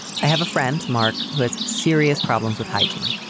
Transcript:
i have a friend, mark, who has serious problems with hygiene.